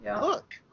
Look